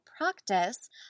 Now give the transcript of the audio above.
practice